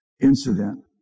incident